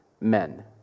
Men